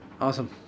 Awesome